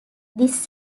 this